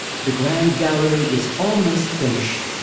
the grand gallery is almost finished.